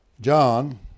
John